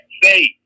say